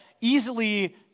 easily